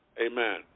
amen